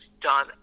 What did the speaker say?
done